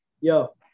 yo